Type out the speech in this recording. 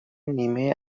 نیمه